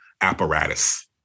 apparatus